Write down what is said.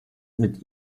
mit